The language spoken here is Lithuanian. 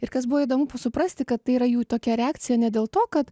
ir kas buvo įdomu suprasti kad tai yra jų tokia reakcija ne dėl to kad